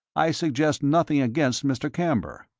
i suggest nothing against mr. camber.